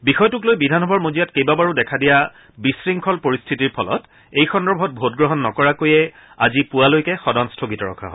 বিষয়টোক লৈ বিধানসভাৰ মজিয়াত কেইবাবাৰো দেখা দিয়া বিশৃংখল পৰিস্থিতিৰ ফলত এই সন্দৰ্ভত ভোট গ্ৰহণ নকৰাকৈয়ে আজি পুৱালৈকে সদন স্থগিত ৰখা হয়